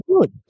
good